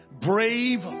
brave